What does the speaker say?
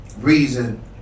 reason